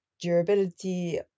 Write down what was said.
durability